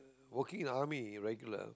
working in army regular